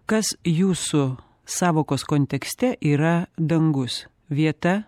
kas jūsų sąvokos kontekste yra dangus vieta